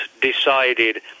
decided